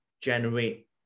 generate